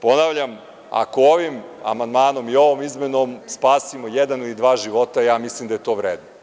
Ponavljam, ako ovim amandmanom i ovom izmenom spasimo jedan ili dva života, ja mislim da je to vredno.